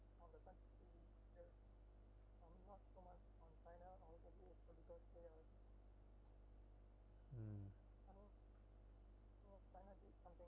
mm